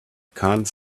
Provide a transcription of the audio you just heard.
can’t